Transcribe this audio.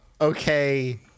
Okay